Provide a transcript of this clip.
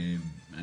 אני